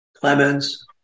Clemens